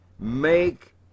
Make